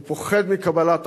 הוא פוחד מקבלת החלטות,